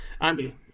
Andy